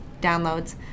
downloads